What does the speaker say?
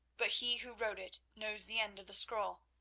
but he who wrote it knows the end of the scroll,